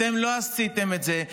אתם לא עשיתם את זה,